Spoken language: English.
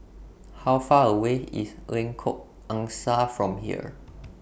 How Far away IS Lengkok Angsa from here